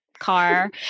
Car